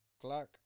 clock